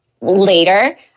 later